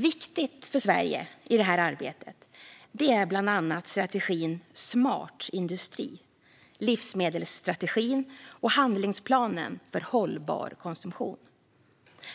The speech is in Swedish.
Viktigt för Sverige i detta arbete är bland annat strategin Smart industri, livsmedelsstrategin och handlingsplanen för hållbar konsumtion.